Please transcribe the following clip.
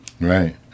Right